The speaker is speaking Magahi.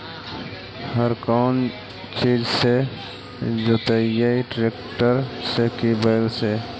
हर कौन चीज से जोतइयै टरेकटर से कि बैल से?